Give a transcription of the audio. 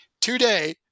today